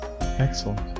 excellent